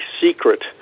secret